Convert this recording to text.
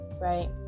right